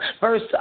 Verse